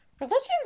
religion's